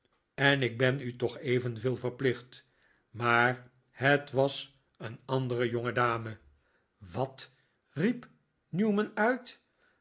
en ik ben u toch evenveel verplicht maar het was een andere jongedame wat riep newman uit